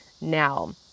now